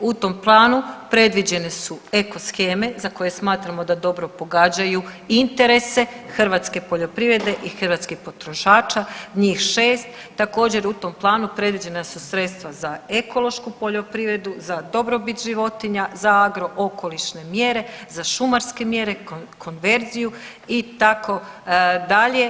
U tom planu predviđene su eko sheme za koje smatramo da dobro pogađaju interese hrvatske poljoprivrede i hrvatskih potrošača, njih 6. Također u tom planu predviđena su sredstva za ekološku poljoprivredu, za dobrobit životinja, za agro okolišne mjere, za šumarske mjere, konverziju itd.